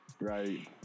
Right